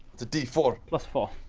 it's a d four four